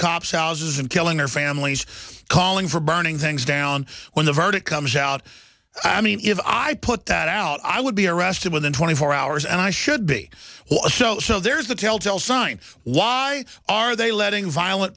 cops houses and killing their families calling for burning things down when the verdict comes out i mean if i put that out i would be arrested within twenty four hours and i should be one show so there's the telltale sign why are they letting violent